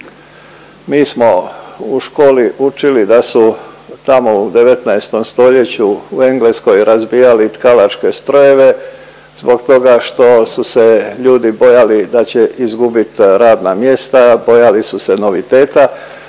mi smo u školi učili da su tamo u 19. stoljeću u Engleskoj razbijali tkalačke strojeve zbog toga što su se ljudi bojali da će izgubit radna mjesta, bojali su se noviteta.